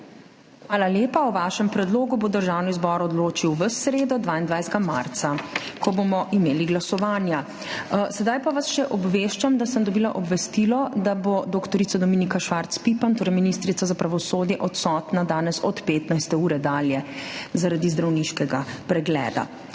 Hvala lepa. O vašem predlogu bo Državni zbor odločil v sredo, 22. marca, ko bomo imeli glasovanja. Sedaj pa vas še obveščam, da sem dobila obvestilo, da bo dr. Dominika Švarc Pipan, torej ministrica za pravosodje, odsotna danes od 15. ure dalje zaradi zdravniškega pregleda.